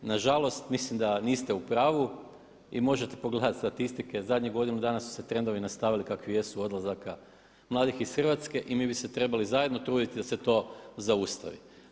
Nažalost mislim da niste u pravu i možete pogledati statistike, zadnjih godinu dana su se trendovi nastavili kakvi jesu odlazaka mladih iz Hrvatske i mi bi se trebali zajedno truditi da se to zaustavi.